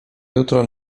jutro